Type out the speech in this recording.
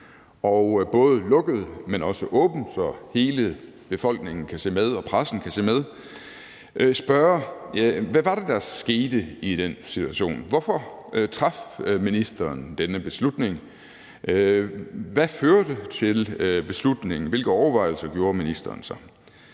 – både lukket, men også åbent, så hele befolkningen kan se med og pressen kan se med – hvor man kan spørge: Hvad var det, der skete i den situation? Hvorfor traf ministeren denne beslutning? Hvad førte beslutningen til? Hvilke overvejelser gjorde ministeren sig?